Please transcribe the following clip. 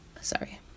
Sorry